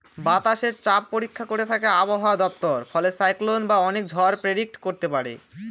বাতাসের চাপ পরীক্ষা করে থাকে আবহাওয়া দপ্তর ফলে সাইক্লন বা অনেক ঝড় প্রেডিক্ট করতে পারে